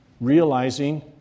realizing